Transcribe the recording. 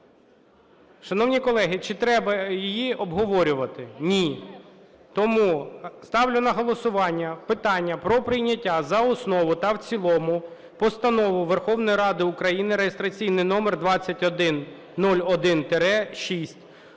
Шановні колеги, чи треба її обговорювати? Ні. Тому ставлю на голосування питання про прийняття за основу та в цілому Постанови Верховної Ради України, реєстраційний номер 2101-6,